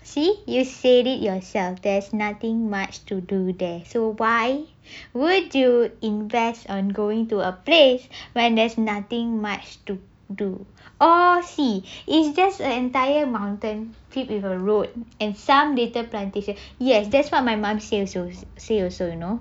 see you said it yourself there's nothing much to do there so why would you invest on going to a place when there's nothing much to do or see is just entire mountain filled with a road and some plantation yes that's what my mum say also say also you know